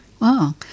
Wow